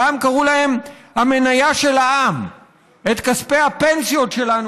פעם קראו להן "המניה של העם"; את כספי הפנסיות שלנו,